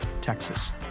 Texas